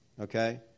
Okay